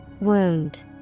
Wound